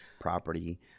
property